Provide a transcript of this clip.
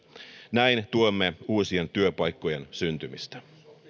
näin tuemme uusien työpaikkojen syntymistä